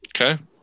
Okay